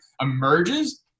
emerges